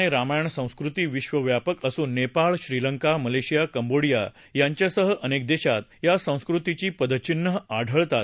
प्रभू रामाप्रमाणे रामायण संस्कृती विश्वव्यापक असून नेपाळ श्रीलंका मलेशिया कंबोडिया यांसह अनेक देशात या संस्कृतीची पदचिन्हं आढळतात